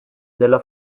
della